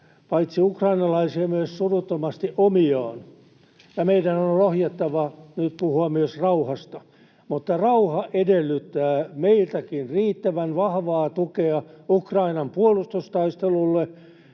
paitsi ukrainalaisia myös suruttomasti omiaan. Meidän on rohjettava nyt puhua myös rauhasta, mutta rauha edellyttää meiltäkin riittävän vahvaa tukea Ukrainan puolustustaistelulle,